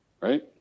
Right